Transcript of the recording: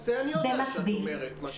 במקביל,